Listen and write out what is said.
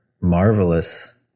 marvelous